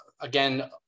again